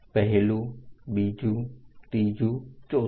પહેલું બીજું ત્રીજુ ચોથું